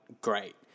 great